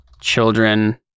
children